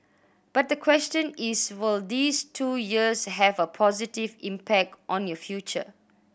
but the question is will these two years have a positive impact on your future